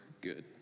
good